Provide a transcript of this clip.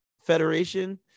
Federation